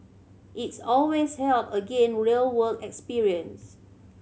its always help again real work experience